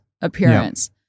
appearance